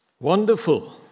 Wonderful